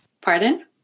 Pardon